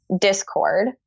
Discord